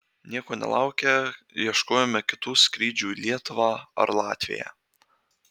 nieko nelaukę ieškojome kitų skrydžių į lietuvą ar latviją